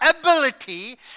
ability